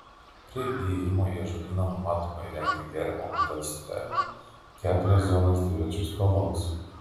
prie įėjimo į ažuolyną numatoma įrengti geriamo vandens stotelę keturias zonas dviračių stovams